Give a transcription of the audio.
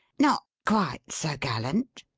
not quite so gallant,